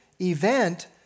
event